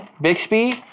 Bixby